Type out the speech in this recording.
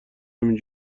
همین